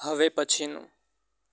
હવે પછીનું